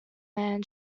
man